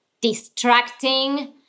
distracting